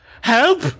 Help